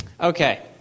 Okay